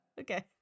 okay